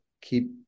keep